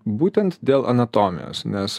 būtent dėl anatomijos nes